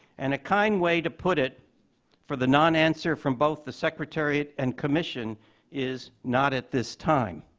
and a kind way to put it for the non answer from both the secretariat and commission is, not at this time.